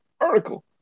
article